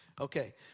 Okay